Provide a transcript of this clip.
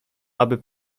aby